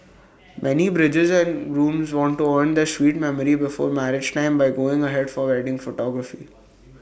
many brides and grooms want to earn their sweet memory before marriage time by going abroad for wedding photography